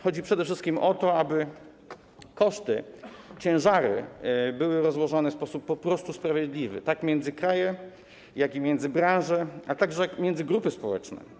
Chodzi przede wszystkim o to, aby koszty, ciężary były rozłożone w sposób sprawiedliwy zarówno między kraje, jak i między branże, a także między grupy społeczne.